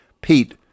pete